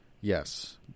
Yes